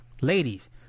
ladies